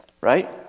right